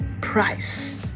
price